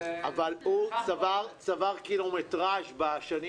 אבל --- אבל הוא צבר קילומטרז' בשנים